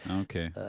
Okay